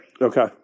okay